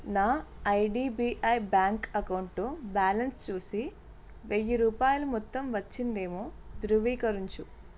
నా IDBI bank account balance చూసి వెయ్యిరూపాయలు మొత్తం వచ్చిందేమో ధృవీకరించు